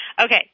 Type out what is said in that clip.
Okay